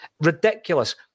Ridiculous